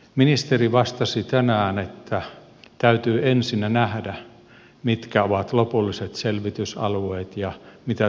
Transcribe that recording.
ministeri vastasi tänään että täytyy ensinnä nähdä mitkä ovat lopulliset selvitysalueet ja mitä todella tapahtuu